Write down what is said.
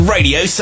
Radio